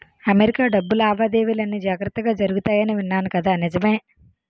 America డబ్బు లావాదేవీలన్నీ జాగ్రత్తగా జరుగుతాయని విన్నాను కదా నిజమే